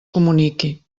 comuniqui